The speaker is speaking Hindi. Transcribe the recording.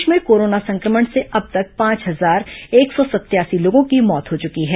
प्रदेश में कोरोना संक्रमण से अब तक पांच हजार एक सौ सतासी लोगों की मौत हो चुकी है